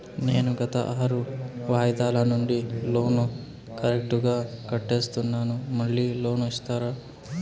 నేను గత ఆరు వాయిదాల నుండి లోను కరెక్టుగా కడ్తున్నాను, మళ్ళీ లోను ఇస్తారా?